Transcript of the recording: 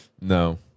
no